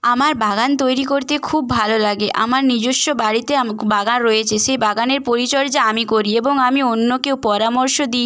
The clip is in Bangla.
আমার বাগান তৈরি করতে খুব ভালো লাগে আমার নিজস্ব বাড়িতে বাগান রয়েছে সেই বাগানের পরিচর্যা আমি করি এবং আমি অন্যকেও পরামর্শ দিই